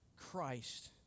Christ